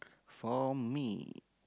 for me